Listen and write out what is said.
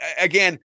again